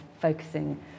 focusing